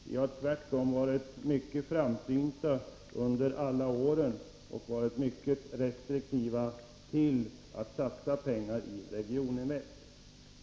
Vi har tvärtom varit mycket framsynta under alla år och varit restriktiva i fråga om att satsa pengar i Regioninvest.